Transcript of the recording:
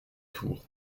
tour